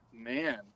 man